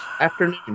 Afternoon